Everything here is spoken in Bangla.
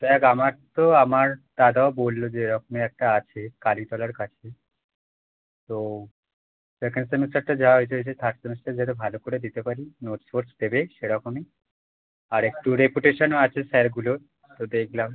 দেখ আমার তো আমার দাদাও বললো যে এরকমই একটা আছে কালীতলার কাছে তো সেকেন্ড সেমিস্টারটা যা হয়েছে হয়েছে থার্ড সেমিস্টার যাতে ভালো করে দিতে পারি নোটস ফোটস দেবে সেরকমই আর একটু রেপুটেশানও আছে স্যারগুলোর তো দেখলাম